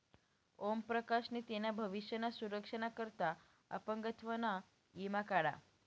ओम प्रकाश नी तेना भविष्य ना सुरक्षा ना करता अपंगत्व ना ईमा काढा